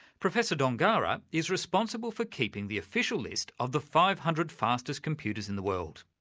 professor dongarra is responsible for keeping the official list of the five hundred fastest computers in the world.